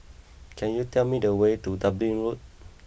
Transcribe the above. can you tell me the way to Dublin Road